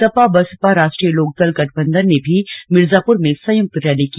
सपा बसपा राष्ट्रीय लोकदल गठबंधन ने भी मिर्जापुर में संयुक्त रैली की